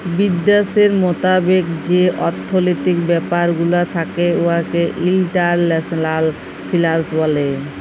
বিদ্যাশের মতাবেক যে অথ্থলৈতিক ব্যাপার গুলা থ্যাকে উয়াকে ইল্টারল্যাশলাল ফিল্যাল্স ব্যলে